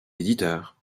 éditeurs